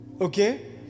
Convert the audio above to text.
Okay